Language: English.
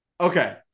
Okay